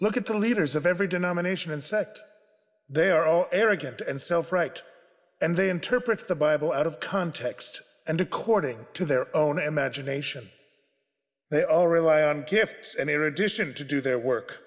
at the leaders of every denomination and sect they are all arrogant and self right and they interpret the bible out of context and according to their own imagination they all rely on campus and erudition to do their work